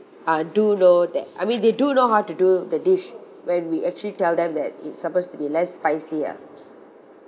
uh do know that I mean they do know how to do the dish when we actually tell them that it's supposed to be less spicier